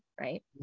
Right